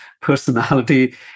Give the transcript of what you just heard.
personality